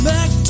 Back